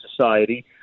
society